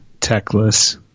techless